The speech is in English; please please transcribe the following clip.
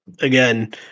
Again